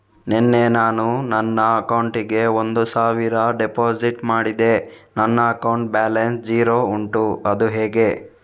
ನಿನ್ನೆ ನಾನು ನನ್ನ ಅಕೌಂಟಿಗೆ ಒಂದು ಸಾವಿರ ಡೆಪೋಸಿಟ್ ಮಾಡಿದೆ ನನ್ನ ಅಕೌಂಟ್ ಬ್ಯಾಲೆನ್ಸ್ ಝೀರೋ ಉಂಟು ಅದು ಹೇಗೆ?